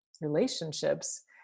relationships